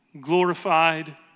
glorified